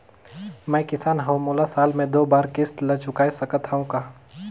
मैं किसान हव मोला साल मे दो बार किस्त ल चुकाय सकत हव का?